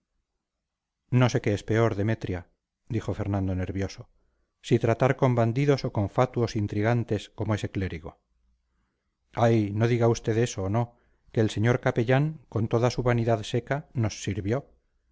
no sé qué es peor demetria dijo fernando nervioso si tratar con bandidos o con fatuos intrigantes como ese clérigo ay no diga usted eso no que el señor capellán con toda su vanidad seca nos sirvió